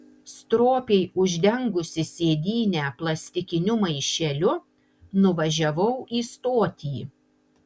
stropiai uždengusi sėdynę plastikiniu maišeliu nuvažiavau į stotį